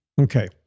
okay